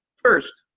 first,